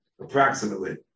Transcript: approximately